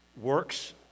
works